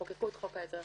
כשחוקקו את חוק העזר החדש.